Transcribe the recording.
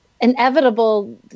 inevitable